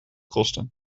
kosten